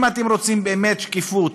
אם אתם רוצים באמת שקיפות,